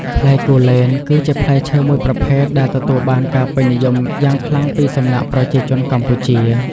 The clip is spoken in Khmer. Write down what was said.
ផ្លែគូលែន គឺជាផ្លែឈើមួយប្រភេទដែលទទួលបានការពេញនិយមយ៉ាងខ្លាំងពីសំណាក់ប្រជាជនកម្ពុជា។